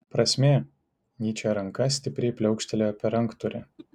prasmė nyčė ranka stipriai pliaukštelėjo per ranktūrį